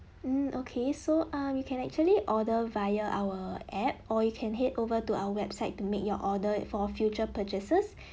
mm okay so err you can actually order via our app or you can head over to our website to make your order for future purchases